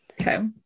Okay